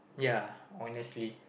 ya honestly